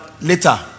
later